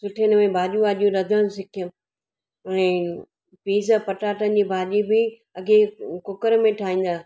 सुठे नमूने भाॼियूं वाॼियूं रधणु सिखियमि उएं पीस पटाटनि जी भाॼी बि अॻे कूकर में ठाहींदा